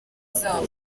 zabo